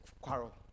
quarrel